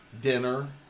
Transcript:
dinner